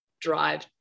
drive